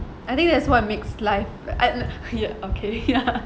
I think that's what makes life I no ya okay ya